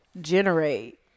generate